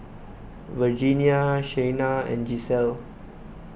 Virginia Shaina and Gisselle